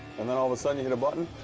and then all of a sudden, you hit a button,